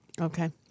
Okay